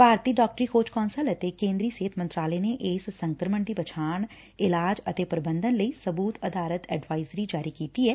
ਭਾਰਤੀ ਡਾਕਟਰੀ ਖੋਜ ਕੌਂਸਲ ਅਤੇ ਕੇਂਦਰੀ ਸਿਹਤ ਮੰਤਰਾਲੇ ਨੇ ਇਸ ਸੰਕਰਮਣ ਦੀ ਪਛਾਣ ਇਲਾਜ ਅਤੇ ਪ੍ਰਬੰਧਨ ਲਈ ਸਬੂਤ ਆਧਾਰਿਤ ਐਡਵਾਇਜ਼ਰੀ ਜਾਰੀ ਕੀਤੀ ਐ